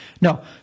No